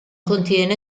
contiene